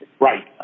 Right